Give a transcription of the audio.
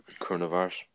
coronavirus